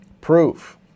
proof